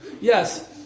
Yes